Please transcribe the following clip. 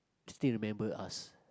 still remember us